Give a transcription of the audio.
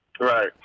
Right